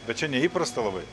bet čia neįprasta labai